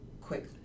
quick